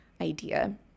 idea